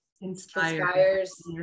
inspires